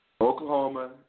Oklahoma